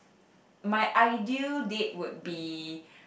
my ideal date would be